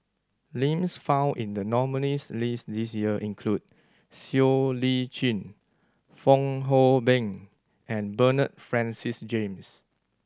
names found in the nominees' list this year include Siow Lee Chin Fong Hoe Beng and Bernard Francis James